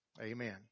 Amen